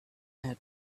had